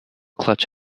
clutch